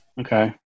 Okay